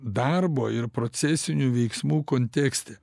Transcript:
darbo ir procesinių veiksmų kontekste